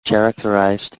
characterized